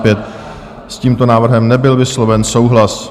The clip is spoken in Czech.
S tímto návrhem nebyl vysloven souhlas.